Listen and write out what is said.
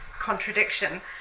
contradiction